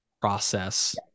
process